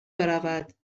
برود